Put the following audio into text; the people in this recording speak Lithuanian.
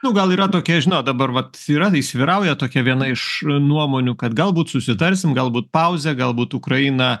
nu gal yra tokia žinot dabar vat yra įsivyrauja tokia viena iš nuomonių kad galbūt susitarsim galbūt pauzė galbūt ukraina